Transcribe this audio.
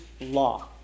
law